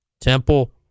Temple